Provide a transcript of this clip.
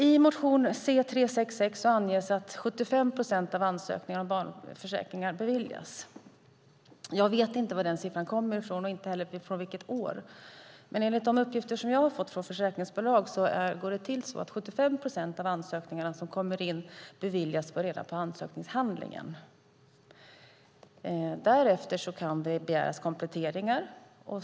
I motion nr C366 anges att 75 procent av ansökningarna om barnförsäkring beviljas. Jag vet inte varifrån denna siffra kommer och inte heller från vilket år. Enligt de uppgifter jag har fått från försäkringsbolag beviljas 75 procent av de ansökningar som kommer in direkt på ansökningshandlingen. Därefter kan det begäras kompletteringar.